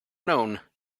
known